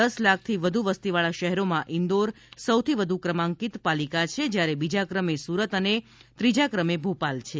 દસ લાખથી વધુ વસતીવાળા શહેરોમાં ઈન્દોર સૌથી વધુ ક્રમાંકિત પાલિકા છે જયારે બીજા ક્રમે સુરત અને ત્રીજા ક્રમે ભોપાલ છે